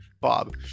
Bob